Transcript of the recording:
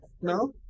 No